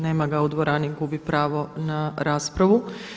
Nema ga u dvorani, gubi pravo na raspravu.